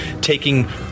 taking